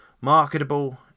marketable